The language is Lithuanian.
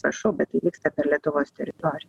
prašau bet tai vyksta per lietuvos teritoriją